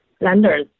lenders